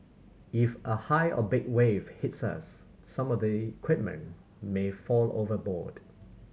if a high or big wave hits us some of the equipment may fall overboard